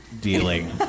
dealing